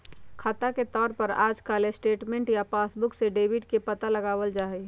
खाता के तौर पर आजकल स्टेटमेन्ट या पासबुक से डेबिट के पता लगावल जा हई